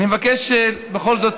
אני מבקש בכל זאת